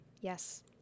Yes